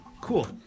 Cool